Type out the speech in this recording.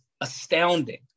astounding